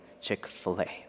Chick-fil-A